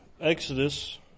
Exodus